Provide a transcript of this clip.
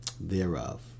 thereof